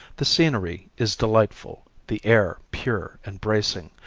the scenery is delightful, the air pure and bracing,